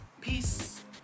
peace